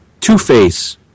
Two-Face